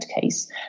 case